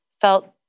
felt